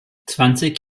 zwanzig